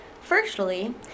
Firstly